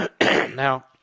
Now